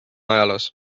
ajaloos